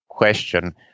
question